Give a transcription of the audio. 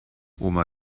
oma